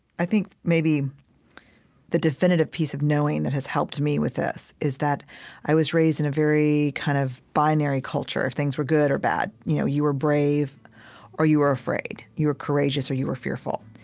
i think maybe the definitive piece of knowing that has helped me with this is that i was raised in a very kind of binary culture. if things were good or bad, you know, you were brave or you were afraid. you were courageous or you were fearful.